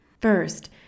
First